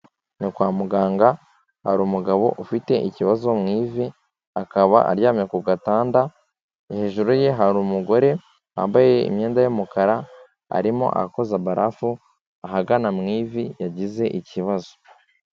Ni kwa muganga hari umugabo ufite ikibazo mu ivi akaba aryamye ku gatanda, hejuru ye hari umugore wambaye imyenda y'umukara arimo akoza barafu ahagana mu ivi, yagize ikibazo.